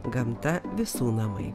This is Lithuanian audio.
gamta visų namai